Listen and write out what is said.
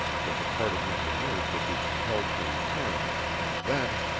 the departing engineers would be compelled to return, and then